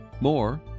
More